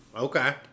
Okay